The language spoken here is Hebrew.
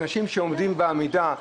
אנשים נוסעים בעמידה,